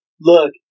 Look